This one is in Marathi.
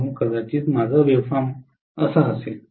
म्हणूनच कदाचित माझा वेव्ह फॉर्म असा असेल